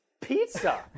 pizza